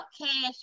cash